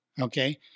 Okay